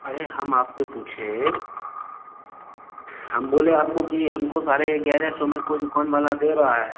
अरे हम आपसे पूछे हम बोले आपको कि हमको साढ़े एग्यारह सौ में कोई दुकान वाला दे रहा है